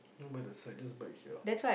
no but the siders bite sia